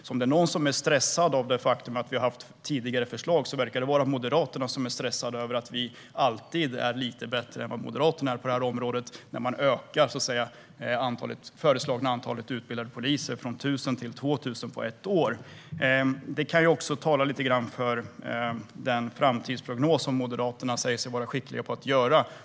Är det någon som är stressad av det faktum att vi har haft tidigare förslag verkar det vara Moderaterna, som är stressade över att vi alltid är lite bättre än vad Moderaterna är på detta område. Man ökar så att säga det föreslagna antalet utbildade poliser från 1 000 till 2 000 per år. Det kan också tala lite grann för den framtidsprognos man inom Moderaterna säger sig vara skicklig på att göra.